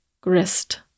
grist